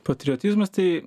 patriotizmas tai